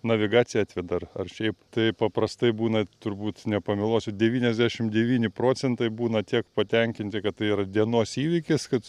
navigacija atveda ar ar šiaip tai paprastai būna turbūt nepameluosiu devyniasdešimt devyni procentai būna tiek patenkinti kad tai yra dienos įvykis kad